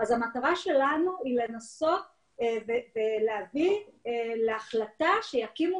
אז המטרה שלנו היא לנסות ולהביא להחלטה שיקימו